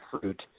fruit